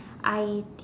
I